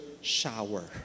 shower